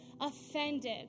offended